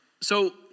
So-